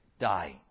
die